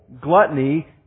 gluttony